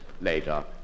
later